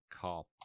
cop